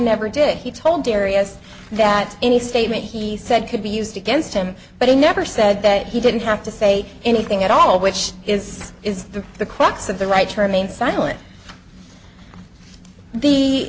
never did he told areas that any statement he said could be used against him but he never said that he didn't have to say anything at all which is is the the crux of the right her main silent